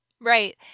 Right